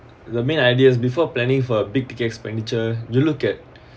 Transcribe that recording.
the main idea is before planning for big ticket expenditure you look at